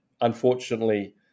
unfortunately